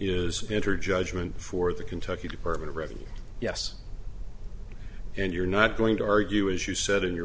is enter judgment for the kentucky department ready yes and you're not going to argue as you said in your